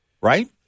right